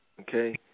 Okay